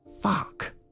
Fuck